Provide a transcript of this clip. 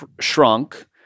shrunk